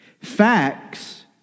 Facts